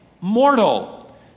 mortal